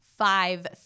five